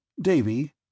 Davy